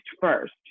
first